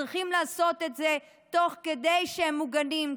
צריכים לעשות את זה תוך כדי שהם מוגנים.